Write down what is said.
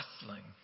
bustling